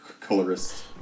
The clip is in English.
colorist